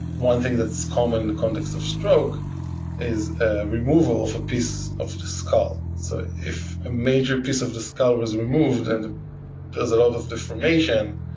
one thing that's common in the context of stroke is ah removal of a piece of the skull. so if a major piece of the skull was removed and there's a lot of deformation,